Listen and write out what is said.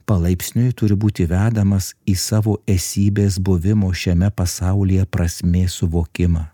palaipsniui turi būti vedamas į savo esybės buvimo šiame pasaulyje prasmės suvokimą